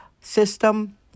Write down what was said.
system